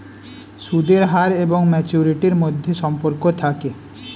সুদের হার এবং ম্যাচুরিটির মধ্যে সম্পর্ক থাকে